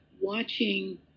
watching